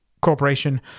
corporation